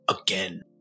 again